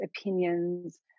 opinions